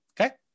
Okay